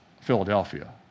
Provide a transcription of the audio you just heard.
Philadelphia